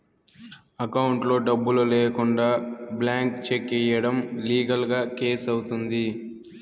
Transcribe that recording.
అకౌంట్లో డబ్బులు లేకుండా బ్లాంక్ చెక్ ఇయ్యడం లీగల్ గా కేసు అవుతుంది